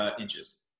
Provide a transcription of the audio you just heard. inches